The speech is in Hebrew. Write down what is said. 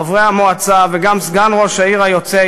חברי המועצה וגם סגן ראש העיר היוצא,